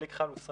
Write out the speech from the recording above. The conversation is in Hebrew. בלי כחל וסרק